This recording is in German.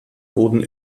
wurden